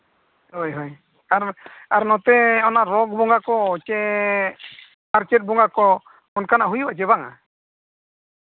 ᱦᱳᱭ ᱦᱳᱭ ᱟᱨ ᱟᱨ ᱱᱚᱛᱮ ᱚᱱᱟ ᱨᱚᱛᱷ ᱵᱚᱸᱜᱟ ᱠᱚ ᱪᱮ ᱟᱨ ᱪᱮᱫ ᱵᱚᱸᱜᱟ ᱠᱚ ᱚᱱᱠᱟᱱᱟᱜ ᱦᱩᱭᱩᱜᱼᱟ ᱪᱮ ᱵᱟᱝᱼᱟ